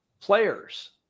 players